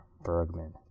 Bergman